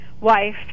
wife